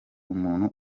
umuntu